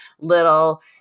little